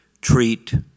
treat